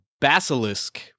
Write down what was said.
basilisk